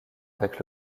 avec